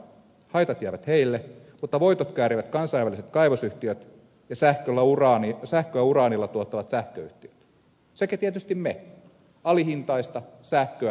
haitat jäävät heille mutta voitot käärivät kansainväliset kaivosyhtiöt ja sähköä uraanilla tuottavat sähköyhtiöt sekä tietysti me alihintaista sähköä tuhlaavat kuluttajat